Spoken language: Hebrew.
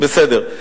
בסדר.